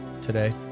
today